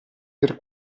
per